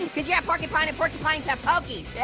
cause you're a porcupine and porcupines have pokies. yeah